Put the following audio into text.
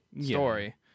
story